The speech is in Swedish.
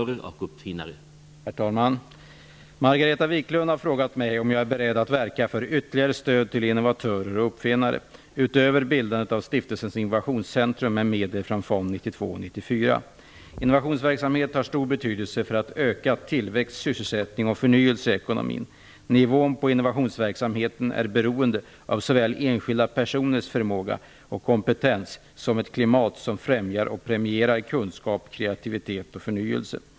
Herr talman! Margareta Viklund har frågat mig om jag är beredd att verka för ytterligare stöd till innovatörer och uppfinnare, utöver bildandet av stiftelsen Innovationscentrum med medel från Innovationsverksamhet har stor betydelse för att öka tillväxt, sysselsättning och förnyelse i ekonomin. Nivån på innovationsverksamheten är beroende av såväl enskilda personers förmåga och kompetens som ett klimat som främjar och premierar kunskap, kreativitet och förnyelse.